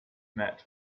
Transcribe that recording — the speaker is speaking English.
met